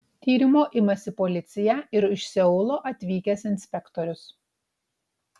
tyrimo imasi policija ir iš seulo atvykęs inspektorius